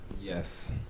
Yes